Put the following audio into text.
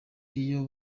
iyo